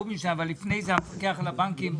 המפקח על הבנקים,